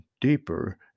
deeper